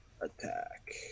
attack